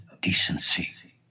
decency